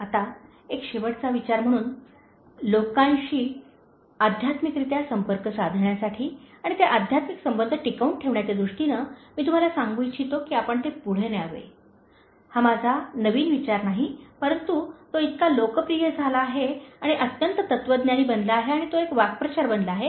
आता एक शेवटचा विचार म्हणून लोकांशी आध्यात्मिकरित्या संपर्क साधण्यासाठी आणि ते आध्यात्मिक संबंध टिकवून ठेवण्याच्या दृष्टीने मी तुम्हाला सांगू इच्छितो की आपण ते पुढे द्यावे हा माझा नवीन विचार नाही परंतु तो इतका लोकप्रिय झाला आहे आणि अत्यंत तत्वज्ञानी बनला आहे आणि तो एक वाक्प्रचार बनला आहे